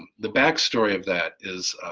the back story of that is